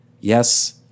Yes